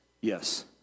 yes